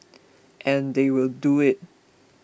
and they will do it